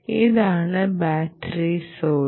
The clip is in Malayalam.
ഇതാണ് ബാറ്ററി സോഴ്സ്